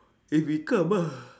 if we come ah